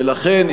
ולכן,